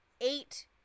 eight